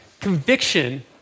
Conviction